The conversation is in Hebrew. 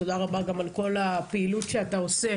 תודה רבה על כל הפעילות שאתה עושה